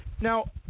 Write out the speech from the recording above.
Now